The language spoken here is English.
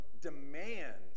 demands